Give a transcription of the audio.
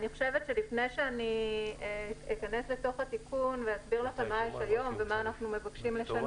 לפני שאכנס לתוך התיקון ואסביר לכם מה יש כיום ומה אנחנו מבקשים לשנות,